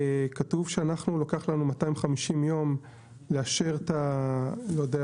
כתוב שלוקח לנו 250 יום לאשר את המפרטים